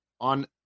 on